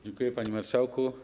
Dziękuję, panie marszałku.